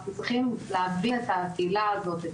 אנחנו צריכים להביע את התהילה הזאתי,